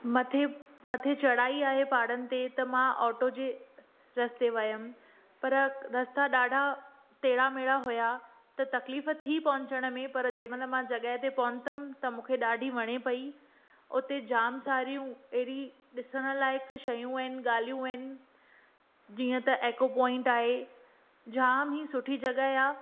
मथे मथे चढ़ाई आहे पहाड़नि ते त मां ऑटो जे रस्ते वियमि पर रस्ता ॾाढा तेड़ा मेड़ा हुआ त तकलीफ़ थी पहुचण में पर जंहिं महिल मां जॻहि ते पहुतमि त मूंखे ॾाढी वणे पई उते जाम सारियूं अहिड़ी ॾिसण लाइक़ु शयूं आहिनि ॻाल्हियूं आहिनि जीअं त ऐको पोइंट आहे जाम ई सुठी जॻहि आहे